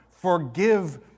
Forgive